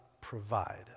provide